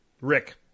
Rick